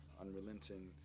unrelenting